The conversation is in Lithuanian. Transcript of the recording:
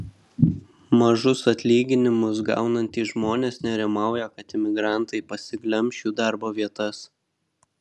mažus atlyginimus gaunantys žmonės nerimauja kad imigrantai pasiglemš jų darbo vietas